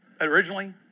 originally